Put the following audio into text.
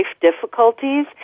difficulties